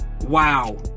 Wow